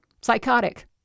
psychotic